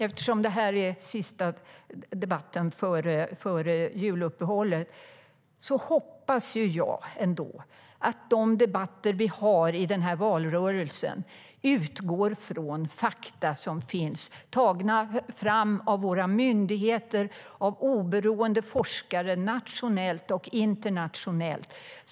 Eftersom det här är sista debatten före juluppehållet vill jag säga att jag hoppas att de debatter som vi har i den här valrörelsen utgår från fakta som är framtagna av våra myndigheter och av oberoende forskare, nationellt och internationellt.